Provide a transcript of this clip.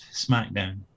Smackdown